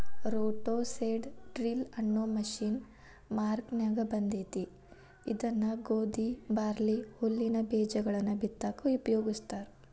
roto seed drill ಅನ್ನೋ machine ಮಾರ್ಕೆನ್ಯಾಗ ಬಂದೇತಿ ಇದನ್ನ ಗೋಧಿ, ಬಾರ್ಲಿ, ಹುಲ್ಲಿನ ಬೇಜಗಳನ್ನ ಬಿತ್ತಾಕ ಉಪಯೋಗಸ್ತಾರ